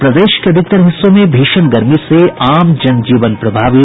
और प्रदेश के अधिकतर हिस्सों में भीषण गर्मी से आम जनजीवन प्रभावित